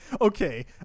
okay